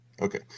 Okay